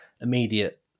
immediate